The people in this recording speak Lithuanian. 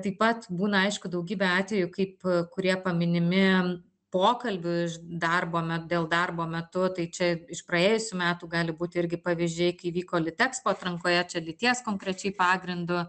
taip pat būna aišku daugybė atvejų kaip kurie paminimi pokalbių iš darbo me dėl darbo metu tai čia iš praėjusių metų gali būti irgi pavyzdžiai kai vyko litexpo atrankoje čia lyties konkrečiai pagrindu